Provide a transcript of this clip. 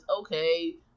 okay